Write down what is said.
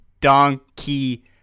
Donkey